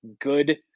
good